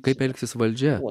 kaip elgsis valdžia